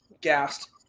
gassed